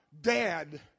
dad